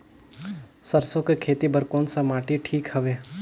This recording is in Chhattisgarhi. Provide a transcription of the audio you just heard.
सरसो के खेती बार कोन सा माटी ठीक हवे?